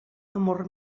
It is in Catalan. amor